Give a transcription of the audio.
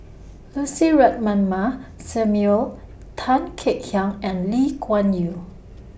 Lucy Ratnammah Samuel Tan Kek Hiang and Lee Kuan Yew